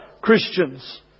Christians